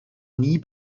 nie